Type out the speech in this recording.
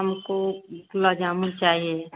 हमको गुलाब जामुन चाहिए